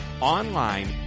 online